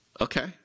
Okay